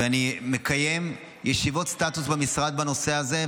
ואני מקיים ישיבות סטטוס במשרד בנושא הזה.